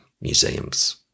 museums